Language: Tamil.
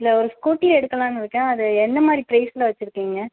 இல்லை ஒரு ஸ்கூட்டி எடுக்கலான்னு இருக்கேன் அது என்ன மாதிரி பிரைஸில் வச்சிருக்கீங்க